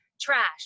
trash